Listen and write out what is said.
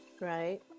right